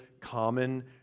common